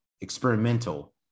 experimental